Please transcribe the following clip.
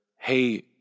hey